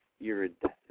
iridescent